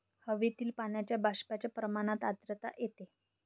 हवेतील पाण्याच्या बाष्पाच्या प्रमाणात आर्द्रता येते